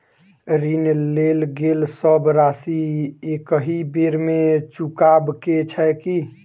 ऋण लेल गेल सब राशि एकहि बेर मे चुकाबऽ केँ छै की?